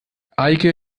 eike